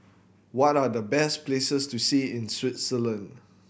what are the best places to see in Switzerland